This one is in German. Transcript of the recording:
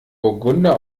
burgunder